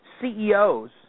CEOs